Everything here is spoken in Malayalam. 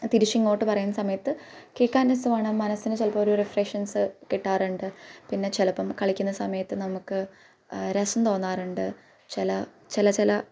തിരിച്ച് ഇങ്ങോട്ട് പറയുന്ന സമയത്ത് കേൾക്കാൻ രസമാണ് മനസ്സിന് ചിലപ്പോൾ ഒരു റിഫ്രഷ്നസ് കിട്ടാറുണ്ട് പിന്നെ ചിലപ്പം കളിക്കുന്ന സമയത്ത് നമുക്ക് രസം തോന്നാറുണ്ട് ചില ചില ചില